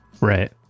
right